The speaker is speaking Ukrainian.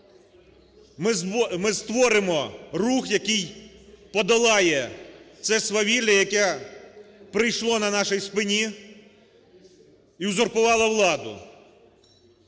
ми створимо рух, який подолає це свавілля, яке прийшло на нашій спині і узурпувало владу.